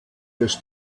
des